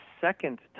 second